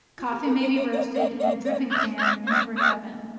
coffee may be roasted in a dripping-pan in a brick oven.